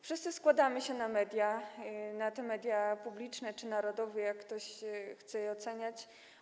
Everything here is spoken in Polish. Wszyscy składamy się na media, na media publiczne czy narodowe, jeżeli ktoś chce je tak oceniać.